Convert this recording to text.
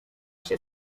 się